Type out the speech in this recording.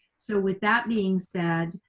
so, with that being said,